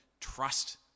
trust